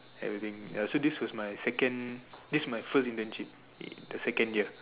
everything ya so this was my second this my first internship in the second year